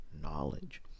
knowledge